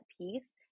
piece